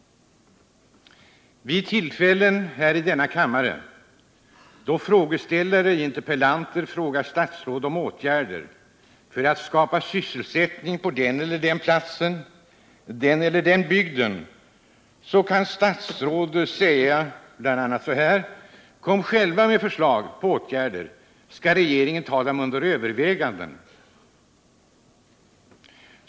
Vid tillfällen i denna kammare då frågeställare och interpellanter frågar statsråd om åtgärder för att skapa sysselsättning på den eller den platsen, i den eller den bygden, kan statsrådet svara: Kom själva med förslag på åtgärder, så skall regeringen ta dem under övervägande.